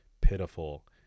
pitiful